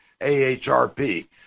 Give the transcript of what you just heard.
AHRP